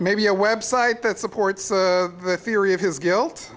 maybe a website that supports the theory of his guilt